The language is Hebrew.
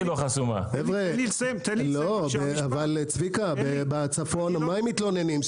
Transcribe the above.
בצפון על מה הם מתלוננים?